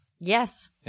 Yes